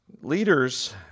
Leaders